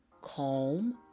Calm